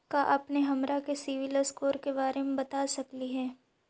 का अपने हमरा के सिबिल स्कोर के बारे मे बता सकली हे?